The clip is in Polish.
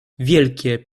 wielkie